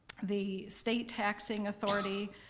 the state taxing authority